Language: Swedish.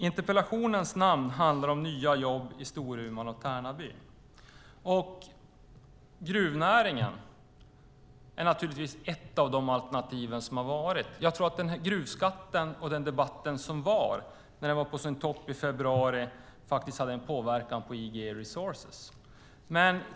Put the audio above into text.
Interpellationen handlar om nya jobb i Storuman och Tärnaby. Gruvnäringen är naturligtvis ett av de alternativ som har varit. Jag tror att debatten om gruvskatten, som var på sin topp i februari, faktiskt hade en påverkan på IGE Resources.